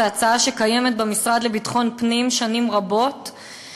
זו הצעה שקיימת במשרד לביטחון פנים שנים רבות,